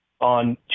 on